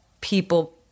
people